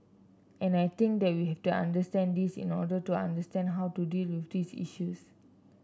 and I think that we have to understand this in order to understand how to deal with these issues